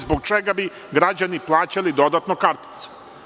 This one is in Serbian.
Zbog čega bi građani plaćali dodatno kartice?